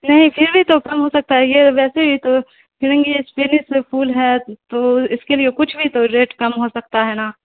نہیں پھر بھی تو کم ہو سکتا ہے یہ ویسے تو فرنگی اسپینس پھول ہے تو اس کے لیے کچھ بھی تو ریٹ کم ہو سکتا ہے نا